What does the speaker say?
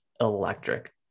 electric